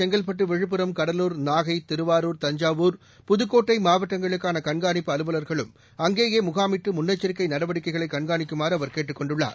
செங்கற்பட்டு விழுப்புரம் கடலூர் மேலம் திருவாரூர் நாகை தஞ்சாவூர் புதுக்கோட்டைமாவட்டங்களுக்கானகண்காணிப்பு அலுவல்களும் அங்கேயேமுகாமிட்டுமுன்னெச்சரிக்கைநடவடிக்கைகளைகண்காணிக்குமாறுஅவர் கேட்டுக் கொண்டுள்ளார்